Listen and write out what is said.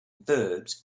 verbs